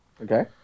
Okay